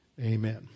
Amen